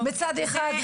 מצד אחד,